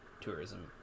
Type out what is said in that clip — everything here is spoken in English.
tourism